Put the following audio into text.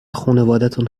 خونوادتون